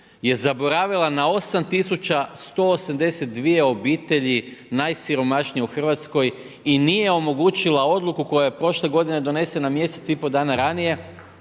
je zaboravila na 8182 obitelji najsiromašnije u RH i nije omogućila odluku koja je prošle godine donesena mjesec i pol dana ranije